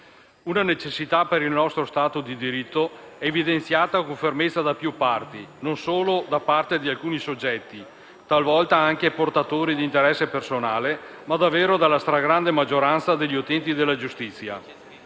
Una necessità per il nostro Stato di diritto evidenziata con fermezza da più parti, non solo da parte di alcuni soggetti, talvolta anche portatori di interesse personale, ma davvero dalla stragrande maggioranza degli utenti della giustizia.